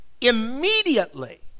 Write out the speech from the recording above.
immediately